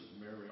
Mary